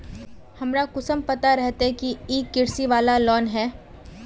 हमरा कुंसम पता रहते की इ कृषि वाला लोन है?